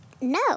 No